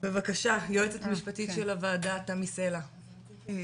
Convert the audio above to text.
בבקשה יועצת המשפטית של הוועדה תמי סלע,